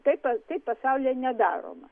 taip taip pasaulyje nedaroma